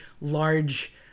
large